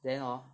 then hor